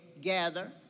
Gather